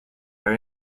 are